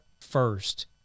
first